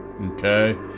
okay